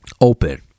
open